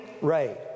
Ray